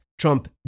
Trump